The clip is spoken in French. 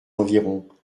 environs